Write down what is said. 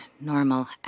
normal